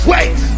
Wait